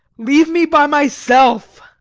leave me by myself!